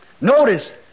Notice